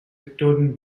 victorian